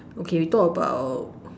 okay we talk about